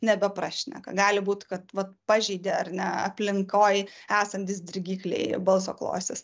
nebeprašneka gali būt kad vat pažeidė ar ne aplinkoj esantys dirgikliai balso klostes